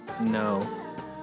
No